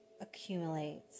accumulates